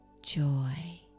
Joy